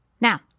now